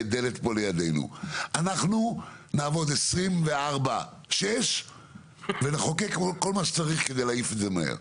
אנחנו נעבוד 24/6 ונחוקק כל מה שצריך כדי להעיף את זה מהר.